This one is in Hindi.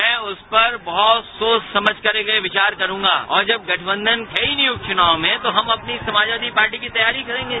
मैं उस पर बहुत सोच समझकर के विचार करूंगा और जब गठबंधन है ही नही उपचुनाव में तो हम अपनी समाजवादी पार्टी की तैयारी करेंगे